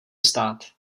stát